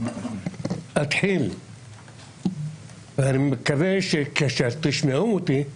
אני אתחיל ואני מקווה שכשתשמעו אותי,